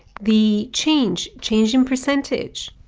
the change, changing percentage.